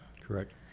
Correct